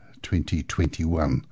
2021